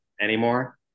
anymore